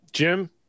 Jim